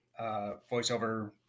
voiceover